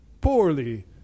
poorly